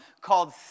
called